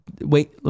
Wait